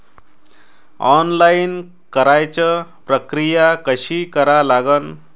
Online कराच प्रक्रिया कशी करा लागन?